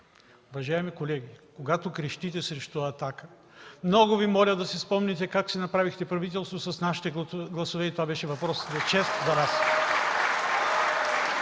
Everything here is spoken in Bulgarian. Уважаеми колеги, когато крещите срещу „Атака”, много Ви моля да си спомните как си направихте правителство с нашите гласове и това беше въпрос на чест за нас